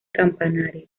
campanario